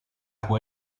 può